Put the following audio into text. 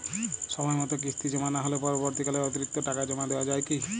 সময় মতো কিস্তি জমা না হলে পরবর্তীকালে অতিরিক্ত টাকা জমা দেওয়া য়ায় কি?